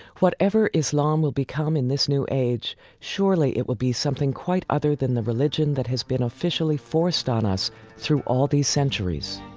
whatever islam will become in this new age, surely it will be something quite other than the religion that has been officially forced on us through all these centuries.